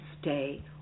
stay